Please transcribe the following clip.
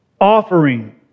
offering